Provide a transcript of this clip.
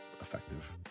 effective